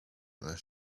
this